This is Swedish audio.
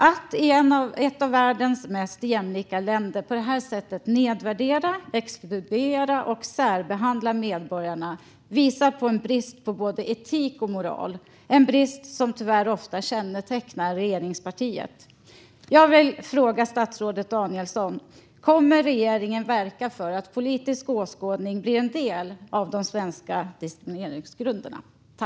Att ett av världens mest jämlika länder på det här sättet nedvärderar, exkluderar och särbehandlar medborgarna visar på en brist på både etik och moral, en brist som tyvärr ofta kännetecknar regeringspartiet. Jag vill fråga statsrådet Danielsson: Kommer regeringen att verka för att politisk åskådning ska bli en del av de svenska diskrimineringsgrunderna?